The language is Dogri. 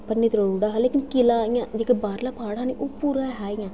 भन्नी त्रोड़ी ओड़े दा हा लेकिन किला इयां जेह्का बाह्रला पार्ट हा न